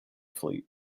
fleet